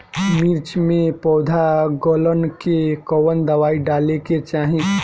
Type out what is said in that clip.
मिर्च मे पौध गलन के कवन दवाई डाले के चाही?